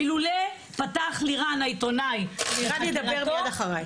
אילולי פתח לירן העיתונאי בחקירתו,